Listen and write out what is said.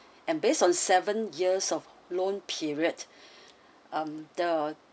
and based on seven years of loan period um the